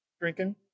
drinking